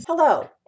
Hello